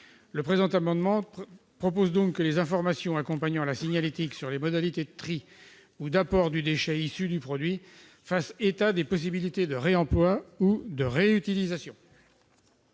le présent amendement, nous proposons donc que les informations accompagnant la signalétique sur les modalités de tri ou d'apport du déchet issu du produit fassent état des possibilités de réemploi ou de réutilisation.